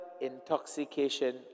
intoxication